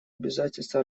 обязательства